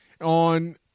On